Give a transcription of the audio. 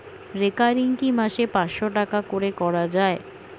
Recurring কি মাসে পাঁচশ টাকা করে করা যায়?